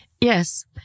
Yes